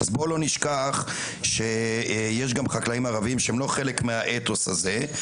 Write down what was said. בואו לא נשכח שיש גם חקלאים ערבים שהם לא חלק מהאתוס הזה.